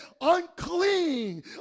Unclean